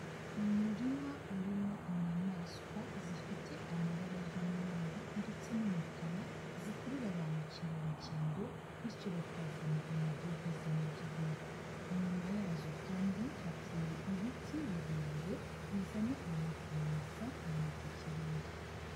Umurima urimo inyamaswa zifite amabara y'umweru ndetse n'umukara, zikurura ba mukerarugendo bityo bakazana amadovize mu gihugu, inyuma yazo kandi hateye ibiti birebire bizana umwuka mwiza muri iki kirere.